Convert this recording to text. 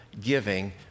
giving